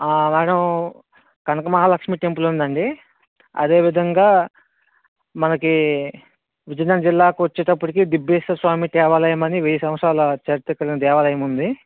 madam Kanakamahalakshmi temple ఉందండి అదేవిధంగా మనకి విజయనగరం జిల్లాకు వచ్చేటప్పటికి దిబ్బేశ్వర స్వామి దేవాలయం అని వెయ్యి సంవత్సరాల చరిత్ర గల దేవాలయం ఉంది